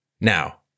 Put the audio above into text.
Now